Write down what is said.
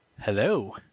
Hello